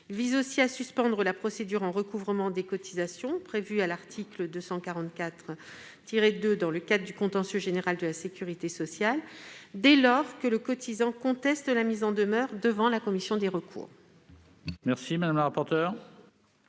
Il vise aussi à suspendre la procédure en recouvrement des cotisations prévue à l'article L. 244-2 du code de la sécurité sociale dans le cadre du contentieux général de la sécurité sociale, dès lors que le cotisant conteste la mise en demeure devant la commission des recours.